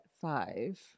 five